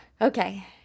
Okay